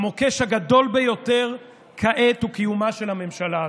המוקש הגדול ביותר כעת הוא קיומה של הממשלה הזאת,